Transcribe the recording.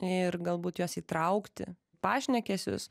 ir galbūt juos įtraukti pašnekesius